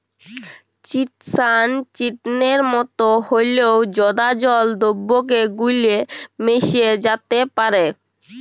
chitosan চিটনের মতন হঁল্যেও জঁদা জল দ্রাবকে গুল্যে মেশ্যে যাত্যে পারে